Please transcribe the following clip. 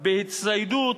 בהצטיידות,